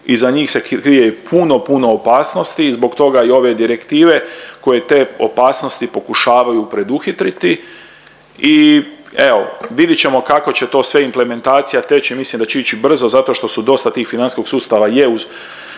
iza njih se krije i puno, puno opasnosti i zbog i ove direktive koje te opasnosti pokušavaju preduhitriti i evo vidjet ćemo kako će to sve implementacija teći. Mislim da će ići brzo zato što su dosta tih financijskog sustava je uz,